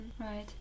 right